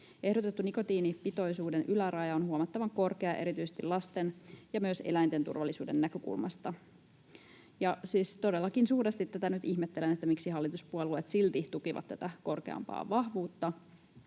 ”Ehdotettu nikotiinipitoisuuden yläraja on huomattavan korkea erityisesti lasten ja myös eläinten turvallisuuden näkökulmasta.” Todellakin suuresti tätä nyt ihmettelen, miksi hallituspuolueet silti tukivat tätä korkeampaa vahvuutta.